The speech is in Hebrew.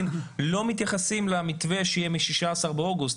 לא מתייחסים למתווה שיהיה מה-16 באוגוסט,